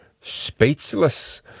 speechless